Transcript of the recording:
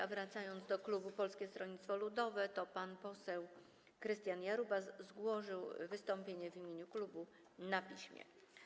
A wracając do klubu Polskiego Stronnictwa Ludowego, to pan poseł Krystian Jarubas złożył wystąpienie w imieniu klubu na piśmie.